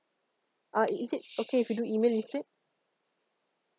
uh it is it okay if you do email instead